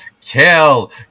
kill